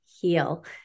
heal